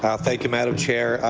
ah thank you, madam chair.